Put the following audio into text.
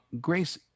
grace